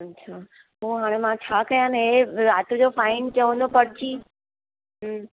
अछा पोइ हाणे मां छा कयां हे राति जो फाइन चवंदो पर्ची हुं